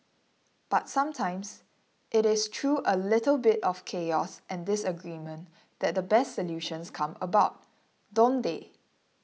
but sometimes it is through a little bit of chaos and disagreement that the best solutions come about don't they